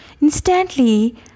Instantly